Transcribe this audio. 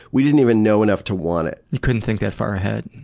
we didn't even know enough to want it. you couldn't think that far ahead.